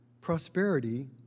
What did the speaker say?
Prosperity